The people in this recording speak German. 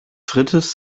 frites